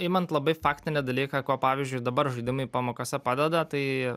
imant labai faktinį dalyką kuo pavyzdžiui dabar žaidimai pamokose padeda tai